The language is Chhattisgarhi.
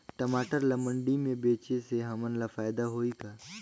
टमाटर ला मंडी मे बेचे से हमन ला फायदा होही का?